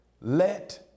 let